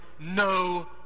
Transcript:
no